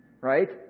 Right